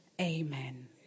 Amen